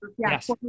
Yes